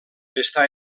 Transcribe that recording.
està